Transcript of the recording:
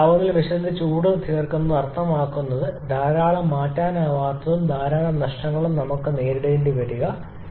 ഉയർന്ന താപനില വ്യത്യാസത്തിൽ ചൂട് ചേർക്കുന്നത് അർത്ഥമാക്കുന്നത് ധാരാളം മാറ്റാനാവാത്തതും ധാരാളം നഷ്ടങ്ങളുമാണ് നമുക്ക് നേരിടേണ്ടി വരുക